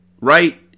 right